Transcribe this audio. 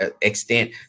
extent